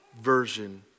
version